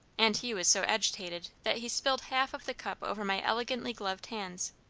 and he was so agitated that he spilled half of the cup over my elegantly gloved hands.